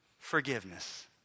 forgiveness